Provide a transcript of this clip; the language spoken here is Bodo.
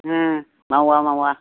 मावा मावा